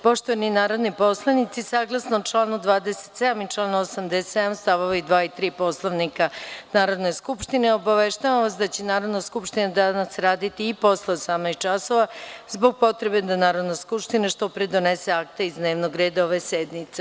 Poštovani narodni poslanici saglasno članu 27. i članu 87. stavovi 2. i 3. Poslovnika Narodne skupštine, obaveštavam vas da će Narodna skupština danas raditi i posle 18,00 časova, zbog potrebe da Narodna skupština što pre donese akte iz dnevnog reda ove sednice.